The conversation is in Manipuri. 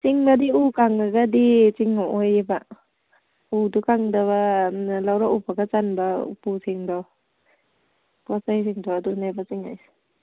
ꯆꯤꯡꯕꯗꯤ ꯎ ꯀꯪꯉꯒꯗꯤ ꯆꯤꯡꯉꯛꯑꯣꯏꯌꯦꯕ ꯎꯗꯨ ꯀꯪꯗꯕ ꯂꯧꯔꯛꯎꯕꯒ ꯆꯟꯕ ꯎꯄꯨꯁꯤꯡꯗꯣ ꯄꯣꯠ ꯆꯩꯁꯤꯡꯗꯣ ꯑꯗꯨꯅꯦꯕ ꯆꯤꯡꯉꯛꯏꯁꯦ